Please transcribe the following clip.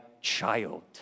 child